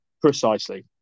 Precisely